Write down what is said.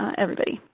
everybody.